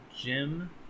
Jim